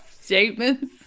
statements